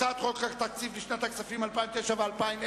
הצעת חוק התקציב לשנות הכספים 2009 ו-2010,